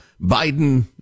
Biden